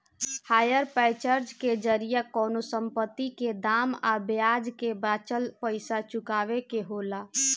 hire purchase के जरिया कवनो संपत्ति के दाम आ ब्याज के बाचल पइसा चुकावे के होला